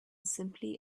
simply